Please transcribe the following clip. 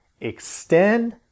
extend